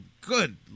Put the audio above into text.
good